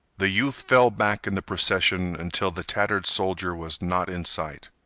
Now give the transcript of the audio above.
the youth fell back in the procession until the tattered soldier was not in sight.